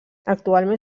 actualment